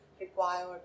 required